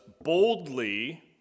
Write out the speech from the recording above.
boldly